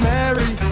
Mary